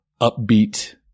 upbeat